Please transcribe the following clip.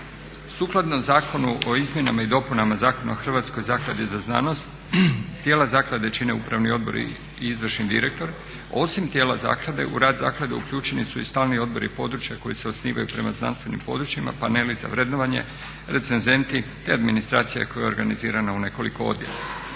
Sukladno Zakonu o izmjenama i dopunama Zakona o Hrvatskoj zakladi za znanost tijela zaklade čine upravni odbori i izvršni direktor. Osim tijela Zaklade u rad Zaklade uključeni su i stalni odbori područja koji se osnivaju prema znanstvenim područjima paneli za vrednovanje, recenzenti te administracija koja je organizirana u nekoliko odjela.